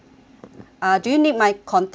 uh do you need my contact number